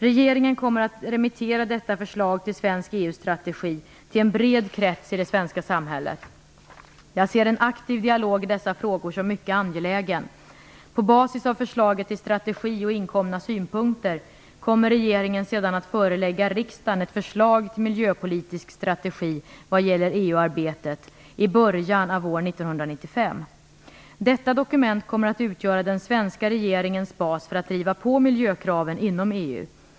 Regeringen kommer att remittera detta förslag till svensk EU strategi till en bred krets i det svenska samhället. Jag ser en aktiv dialog i dessa frågor som mycket angelägen. På basis av förslaget till strategi och inkomna synpunkter kommer regeringen sedan att förelägga riksdagen ett förslag till miljöpolitisk strategi vad gäller EU-arbetet i början av år 1995. Detta dokument kommer att utgöra den svenska regeringens bas för att driva på miljökraven inom EU.